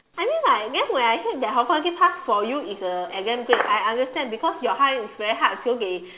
I mean like guess when I said that honorary pass for you is a an exam grade I understand because your kind is very hard so they